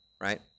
right